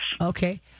Okay